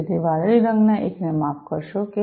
તેથી વાદળી રંગના એકને માફ કરશો કે